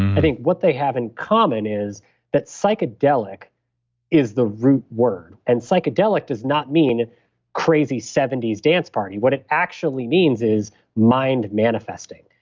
i think what they have in common is that psychedelic is the root word and psychedelic does not mean crazy seventy s dance party. what it actually means is mind manifesting.